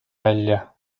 välja